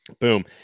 Boom